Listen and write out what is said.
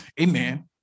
amen